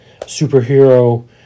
superhero